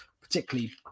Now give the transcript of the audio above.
particularly